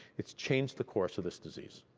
it's changed the course of this disease.